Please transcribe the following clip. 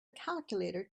calculator